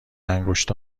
انگشت